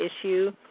issue